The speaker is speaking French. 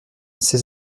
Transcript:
ses